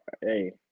Hey